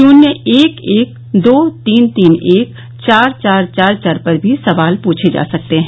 शून्य एक एक दो तीन तीन एक चार चार चार चार पर भी सवाल पूछे जा सकते हैं